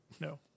No